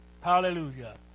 Hallelujah